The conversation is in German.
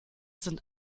sind